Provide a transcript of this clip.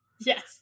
yes